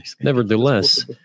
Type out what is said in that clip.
Nevertheless